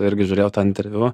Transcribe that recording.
irgi žiūrėjau tą interviu